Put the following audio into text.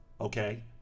okay